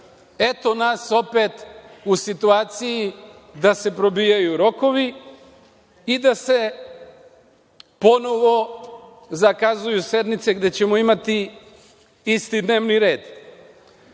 eto nas opet u situaciji da se probijaju rokovi i da se ponovo zakazuju sednice gde ćemo imati isti dnevni